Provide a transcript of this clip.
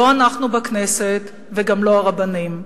לא אנחנו בכנסת וגם לא הרבנים.